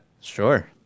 Sure